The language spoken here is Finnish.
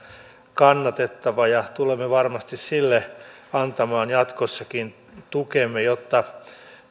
kannatettava tulemme varmasti sille antamaan jatkossakin tukemme jotta